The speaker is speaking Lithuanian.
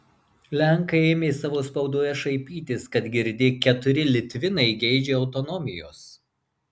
lenkai ėmė savo spaudoje šaipytis kad girdi keturi litvinai geidžia autonomijos